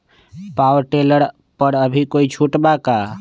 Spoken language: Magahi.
पाव टेलर पर अभी कोई छुट बा का?